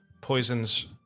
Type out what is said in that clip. poisons